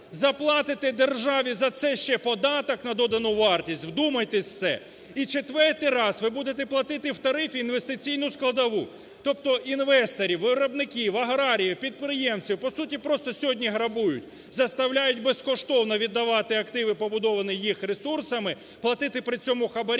заплатите державі за це ще податок на додану вартість, вдумайтесь в це, і четвертий раз ви будете платити в тарифі інвестиційну складову. Тобто інвесторів, виробників, аграріїв, підприємців по суті просто сьогодні грабують, заставляють безкоштовно віддавати активи, побудовані їх ресурсами, платити при цьому хабарі